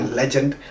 legend